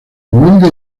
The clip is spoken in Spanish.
humilde